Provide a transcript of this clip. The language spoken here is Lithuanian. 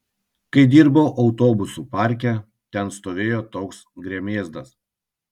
kai dirbau autobusų parke ten stovėjo toks gremėzdas